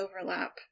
overlap